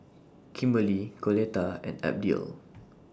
Kimberly Coletta and Abdiel